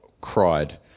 cried